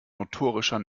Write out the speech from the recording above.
notorischer